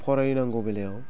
फरायनांगौ बेलायाव